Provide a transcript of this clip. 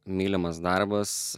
mylimas darbas